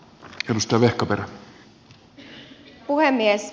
arvoisa puhemies